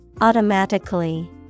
Automatically